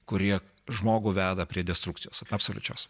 kurie žmogų veda prie destrukcijos absoliučios